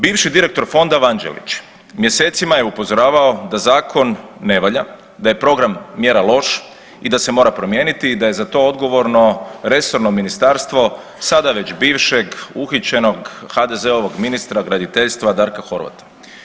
Bivši direktor fonda Vanđelić mjesecima je upozoravao da zakon ne valja, da je program mjera loš i da se mora promijeniti i da je za to odgovorno resorno ministarstvo sada već bivšeg uhićenog HDZ-ovog ministra graditeljstva Darka Horvata.